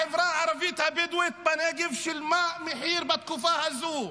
החברה הערבית הבדואית בנגב שילמה מחיר בתקופה הזאת.